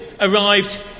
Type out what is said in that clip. arrived